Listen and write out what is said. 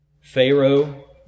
Pharaoh